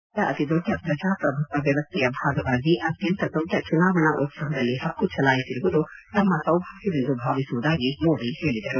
ವಿಶ್ವದ ಅತಿ ದೊಡ್ಡ ಪ್ರಜಾಪ್ರಭುತ್ವ ವ್ಯವಸ್ಥೆಯ ಭಾಗವಾಗಿ ಅತ್ಯಂತ ದೊಡ್ಡ ಚುನಾವಣಾ ಉತ್ಪವದಲ್ಲಿ ಹಕ್ಕು ಚಲಾಯಿಸಿರುವುದು ತಮ್ಮ ಸೌಭಾಗ್ಯವೆಂದು ಭಾವಿಸುವುದಾಗಿ ಮೋದಿ ಹೇಳಿದರು